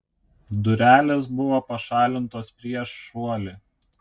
durelės buvo pašalintos prieš šuolį